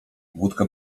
wódka